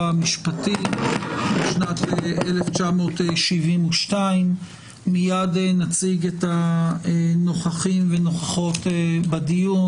המשפטי בשנת 1972. מיד נציג את הנוכחים והנוכחות בדיון.